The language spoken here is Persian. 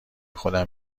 خودم